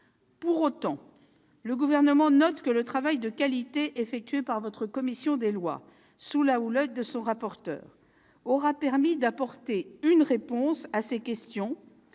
Pour autant, le Gouvernement note que le travail de qualité effectué par votre commission des lois, sous la houlette de son rapporteur, aura permis d'apporter une réponse à ces questions